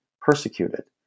persecuted